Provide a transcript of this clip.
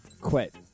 quit